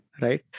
right